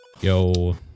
yo